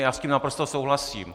Já s tím naprosto souhlasím.